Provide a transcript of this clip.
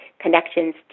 connections